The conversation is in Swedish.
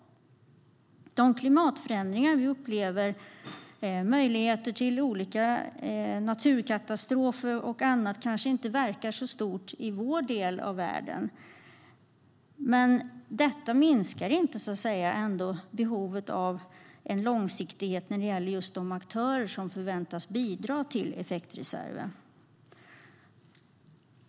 De klimatförändringar som vi upplever och risker för olika naturkatastrofer och annat verkar kanske inte vara så stora i vår del av världen. Men det minskar inte behovet av en långsiktighet för de aktörer som förväntas bidra till effektreserven.